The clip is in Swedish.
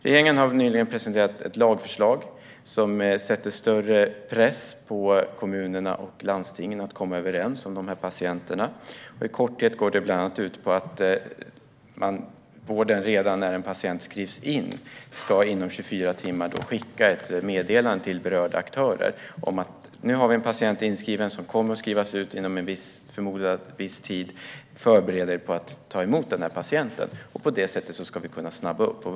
Regeringen har nyligen presenterat ett lagförslag som sätter större press på kommunerna och landstingen att komma överens om dessa patienter. I korthet går det ut på att redan när en patient skrivs in ska vården inom 24 timmar skicka ett meddelande till berörda aktörer om att man har en patient inskriven som kommer att skrivas ut inom en viss förmodad tid och att mottagaren ska förbereda sig på att ta emot patienten. På detta sätt ska vi kunna snabba upp det hela.